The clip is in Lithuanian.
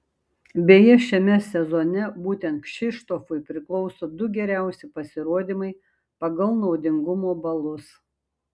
beje šiame sezone būtent kšištofui priklauso du geriausi pasirodymai pagal naudingumo balus